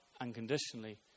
unconditionally